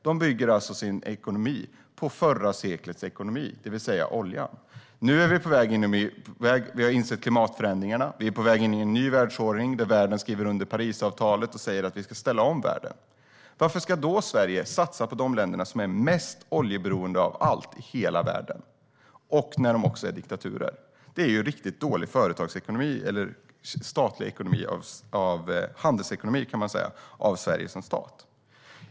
De bygger alltså sin ekonomi på förra seklets ekonomi, det vill säga oljan. Vi har insett klimatförändringarna och är på väg in i en ny världsordning. Världen har skrivit under Parisavtalet och sagt att vi ska ställa om världen. Varför ska då Sverige satsa på de länder som är mest oljeberoende av alla i hela världen och som dessutom är diktaturer? Det är ju riktigt dålig handelsekonomi av Sverige som stat.